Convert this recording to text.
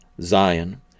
Zion